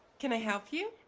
can i help you?